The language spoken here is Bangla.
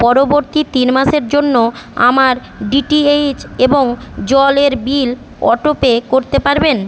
পরবর্তী তিন মাসের জন্য আমার ডিটিএইচ এবং জলের বিল অটোপে করতে পারবেন